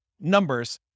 numbers